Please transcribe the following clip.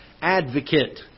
advocate